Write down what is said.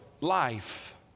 life